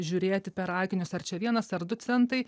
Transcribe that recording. žiūrėti per akinius ar čia vienas ar du centai